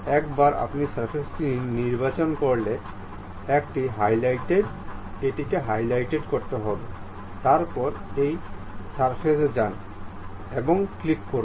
একবার আপনি পৃষ্ঠটি নির্বাচন করলে এটি হাইলাইটেড করা হবে তারপরে এই পৃষ্ঠয় যান ক্লিক করুন